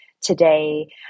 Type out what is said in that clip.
today